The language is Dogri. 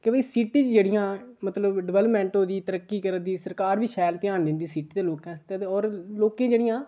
के भई सिटी च जेह्ड़ियां मतलब डेवलपमेंट होई दी तरक्की करै दी सरकार बी शैल ध्यान दिन्दी सिटी दे लोकें आस्तै ते होर लोकें जेह्ड़ियां